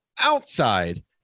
outside